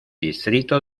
distrito